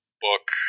book